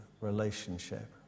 relationship